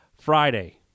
Friday